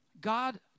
God